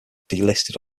delisted